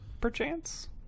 perchance